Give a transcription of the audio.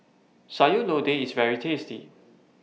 Sayur Lodeh IS very tasty